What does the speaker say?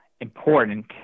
important